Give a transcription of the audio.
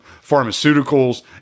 pharmaceuticals